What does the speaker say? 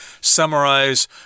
summarize